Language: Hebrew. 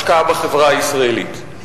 השקעה בחברה הישראלית.